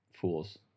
fools